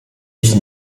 ich